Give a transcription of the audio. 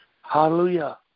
Hallelujah